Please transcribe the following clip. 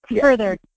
further